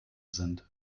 sind